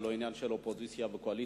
זה לא עניין של אופוזיציה וקואליציה.